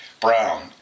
Brown